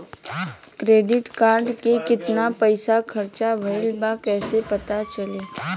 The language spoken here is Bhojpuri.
क्रेडिट कार्ड के कितना पइसा खर्चा भईल बा कैसे पता चली?